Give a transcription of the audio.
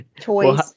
Toys